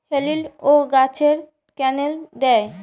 হেলিলিও গাছে ক্যানেল দেয়?